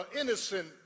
innocent